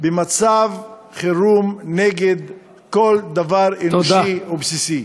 במצב חירום נגד כל דבר אנושי בסיסי.